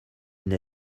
une